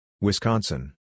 Wisconsin